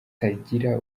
hatagira